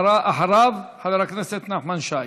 אחריו, חבר הכנסת נחמן שי.